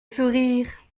sourire